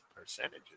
percentages